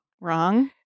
Wrong